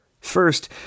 First